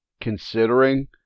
considering